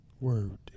Word